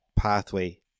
pathway